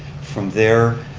from there,